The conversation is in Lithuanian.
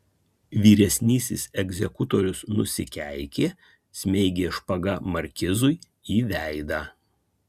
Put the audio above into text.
vyresnysis egzekutorius nusikeikė smeigė špaga markizui į veidą